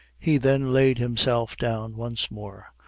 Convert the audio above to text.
he then laid himself down once more,